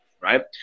right